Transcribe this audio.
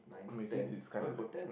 I mean since is kind of like